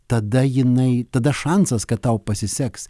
tada jinai tada šansas kad tau pasiseks